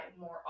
more